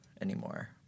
anymore